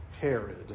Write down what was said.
Herod